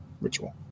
ritual